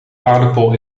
aardappel